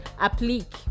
applique